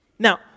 Now